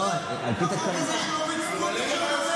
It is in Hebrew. בחוק הזה של אורית סטרוק אפשר לדבר?